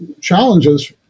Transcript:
challenges